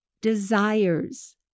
desires